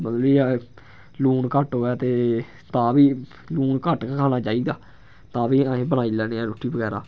मतलब कि लून घट्ट होऐ ते तां बी लून घट्ट गै खाना चाहिदा तां बी अस बनाई लैन्ने आं रुट्टी बगैरा